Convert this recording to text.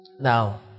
Now